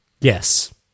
Yes